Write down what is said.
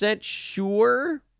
sure